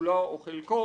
כולו או חלקו",